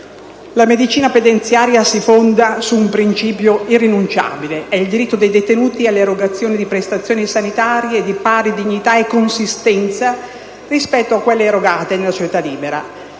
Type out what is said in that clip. La medicina penitenziaria si fonda su un principio irrinunciabile: il diritto dei detenuti all'erogazione di prestazioni sanitarie di pari dignità e consistenza rispetto a quelle erogate nella società libera.